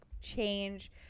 change